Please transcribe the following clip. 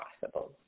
possible